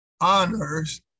honors